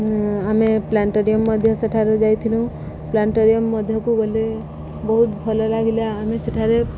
ଆମେ ପ୍ଲାାନେଟୋରିୟମ୍ ମଧ୍ୟ ସେଠାରୁ ଯାଇଥିଲୁ ପ୍ଲାାନେଟୋରିୟମ୍ ମଧ୍ୟକୁ ଗଲେ ବହୁତ ଭଲ ଲାଗିଲା ଆମେ ସେଠାରେ